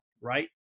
Right